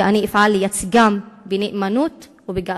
ואני אפעל לייצגם בנאמנות ובגאווה.